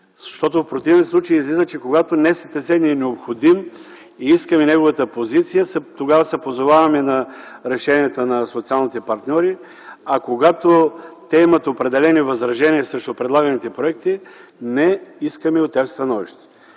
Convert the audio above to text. Защото в противен случай излиза, че когато Националният съвет за тристранно сътрудничество ни е необходим и искаме неговата позиция, тогава се позоваваме на решенията на социалните партньори, а когато те имат определени възражения срещу предлаганите проекти, не искаме от тях становище.